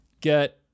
get